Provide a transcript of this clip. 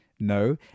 no